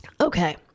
okay